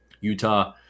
Utah